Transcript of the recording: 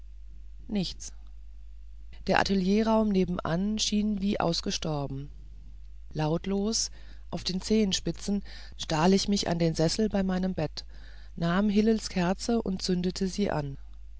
nichts der atelierraum nebenan schien wie abgestorben lautlos auf den zehenspitzen stahl ich mich an den sessel bei meinem bett nahm hillels kerze und zündete sie an